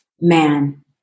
man